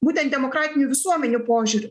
būtent demokratinių visuomenių požiūriu